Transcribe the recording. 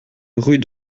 rue